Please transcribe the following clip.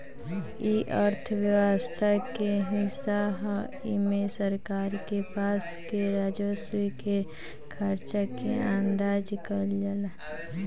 इ अर्थव्यवस्था के हिस्सा ह एमे सरकार के पास के राजस्व के खर्चा के अंदाज कईल जाला